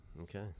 Okay